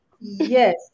yes